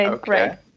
great